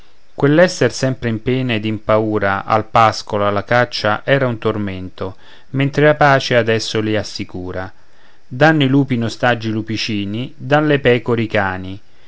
quell'esser sempre in pena ed in paura al pascolo alla caccia era un tormento mentre la pace adesso li assicura dànno i lupi in ostaggio i lupicini dàn le pecore i cani